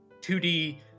2d